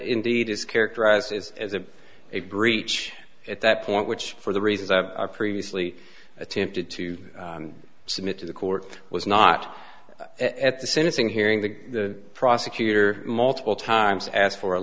indeed is characterized as as a breach at that point which for the reasons i've previously attempted to submit to the court was not at the sentencing hearing the prosecutor multiple times asked for a